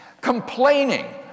complaining